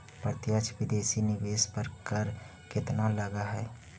प्रत्यक्ष विदेशी निवेश पर कर केतना लगऽ हइ?